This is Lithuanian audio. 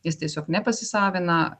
jis tiesiog nepasisavina